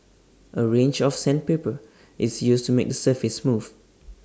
A range of sandpaper is used to make the surface smooth